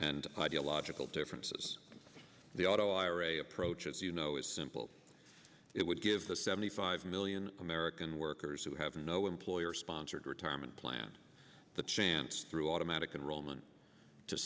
and ideological differences the auto ira approach as you know is simple it would give the seventy five million american workers who have no employer sponsored retirement plan the chance through automatic enrollment to